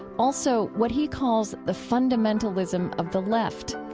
also what he calls the fundamentalism of the left.